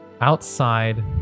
outside